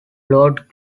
lord